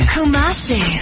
Kumasi